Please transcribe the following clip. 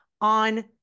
on